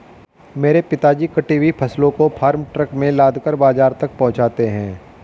मेरे पिताजी कटी हुई फसलों को फार्म ट्रक में लादकर बाजार तक पहुंचाते हैं